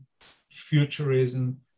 futurism